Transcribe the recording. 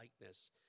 likeness